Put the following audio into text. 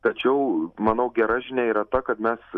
tačiau manau gera žinia yra ta kad mes